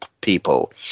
people